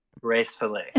Gracefully